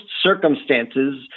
circumstances